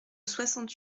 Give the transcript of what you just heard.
soixante